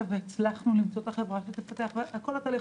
והצלחנו למצוא את החברה שתפתח כל התהליך,